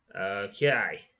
Okay